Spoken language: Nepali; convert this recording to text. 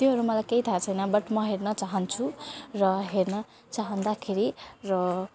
त्योहरू मलाई केही थाह छैन बट म हेर्न चाहन्छु र हेर्न चाहँदाखेरि र